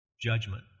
judgment